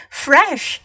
fresh